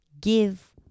give